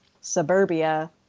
suburbia